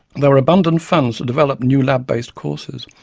there were abundant funds to develop new lab-based courses,